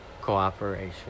Cooperation